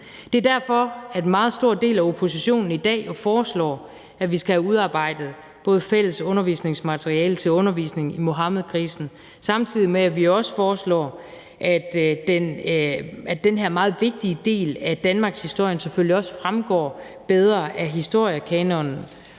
Det er derfor, at en meget stor del af oppositionen i dag jo foreslår, at vi skal have udarbejdet fælles undervisningsmateriale til undervisning i Muhammedkrisen, samtidig med at vi også foreslår, at den her meget vigtige del af danmarkshistorien selvfølgelig også fremgår bedre af historiekanonen.